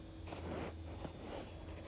but no other people has been